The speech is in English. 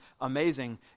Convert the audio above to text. amazing